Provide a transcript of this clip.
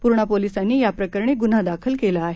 पूर्णा पोलिसांनी याप्रकरणी गुन्हा दाखल केला आहे